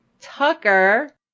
Tucker